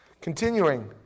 Continuing